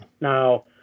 Now